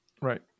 Right